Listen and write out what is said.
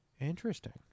Interesting